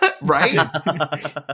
Right